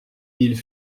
ils